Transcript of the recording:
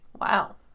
Wow